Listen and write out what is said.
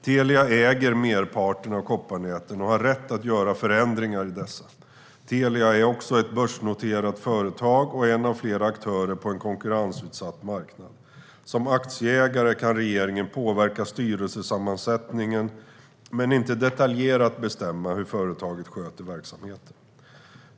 Telia äger merparten av kopparnäten och har rätt att göra förändringar i dessa. Telia är också ett börsnoterat företag och en av flera aktörer på en konkurrensutsatt marknad. Som aktieägare kan regeringen påverka styrelsesammansättningen men inte detaljerat bestämma hur företaget sköter verksamheten.